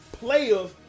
Players